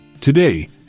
Today